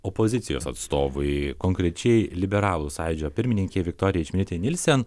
opozicijos atstovui konkrečiai liberalų sąjūdžio pirmininkei viktorijai čmilytei nilsen